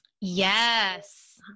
Yes